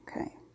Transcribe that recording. Okay